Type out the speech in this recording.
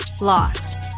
lost